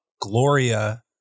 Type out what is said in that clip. Gloria